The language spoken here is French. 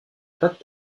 patte